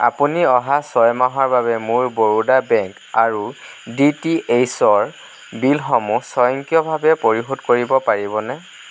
আপুনি অহা ছয় মাহৰ বাবে মোৰ বৰোদা বেংক আৰু ডি টি এইচৰ বিলসমূহ স্বয়ংক্ৰিয়ভাৱে পৰিশোধ কৰিব পাৰিবনে